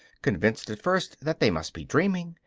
convinced at first that they must be dreaming,